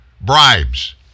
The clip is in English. bribes